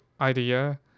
idea